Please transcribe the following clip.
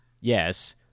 yes